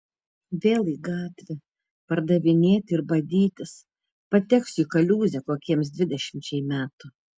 vėl į gatvę pardavinėti ir badytis pateksiu į kaliūzę kokiems dvidešimčiai metų